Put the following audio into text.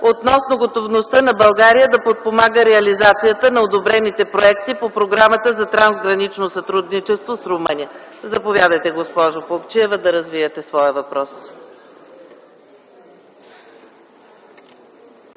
относно готовността на България да подпомага реализацията на одобрените проекти по Програмата за трансгранично сътрудничество с Румъния. Заповядайте, госпожо Плугчиева, да развиете своя въпрос.